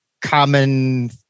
common